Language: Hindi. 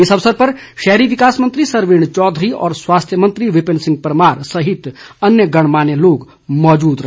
इस अवसर पर शहरी विकास मंत्री सरवीण चौधरी और स्वास्थ्य मंत्री विपिन सिंह परमार सहित अन्य गणमान्य लोग मौजूद रहे